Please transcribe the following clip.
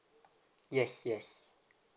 yes yes